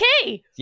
okay